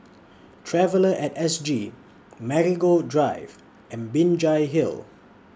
Traveller At S G Marigold Drive and Binjai Hill